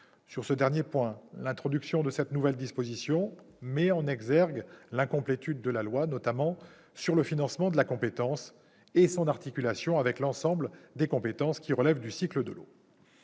Sur ce dernier point, l'introduction de cette nouvelle disposition met en exergue l'incomplétude de la loi, notamment sur le financement de la compétence et l'articulation de celle-ci avec l'ensemble des compétences relevant du cycle de l'eau.